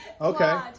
Okay